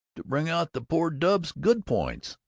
to bring out the poor dub's good points?